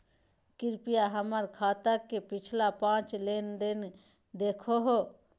कृपया हमर खाता के पिछला पांच लेनदेन देखाहो